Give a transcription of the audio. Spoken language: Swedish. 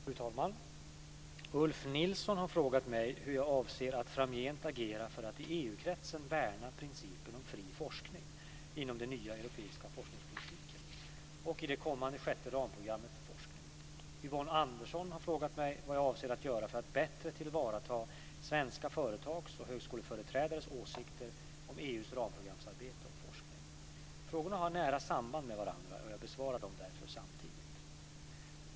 Fru talman! Ulf Nilsson har frågat mig hur jag avser att framgent agera för att i EU-kretsen värna principen om fri forskning inom den nya europeiska forskningspolitiken och i det kommande sjätte ramprogrammet för forskning. Yvonne Andersson har frågat mig vad jag avser att göra för att bättre tillvarata svenska företags och högskoleföreträdares åsikter om EU:s ramprogramsarbete om forskning. Frågorna har nära samband med varandra och jag besvarar dem därför samtidigt.